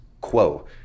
quo